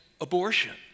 abortion